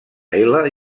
ela